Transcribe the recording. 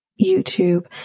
YouTube